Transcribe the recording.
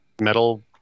metal